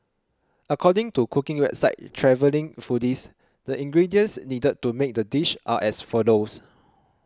according to cooking website Travelling Foodies the ingredients needed to make the dish are as follows